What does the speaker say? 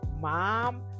Mom